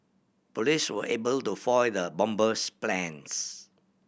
police were able to foil the bomber's plans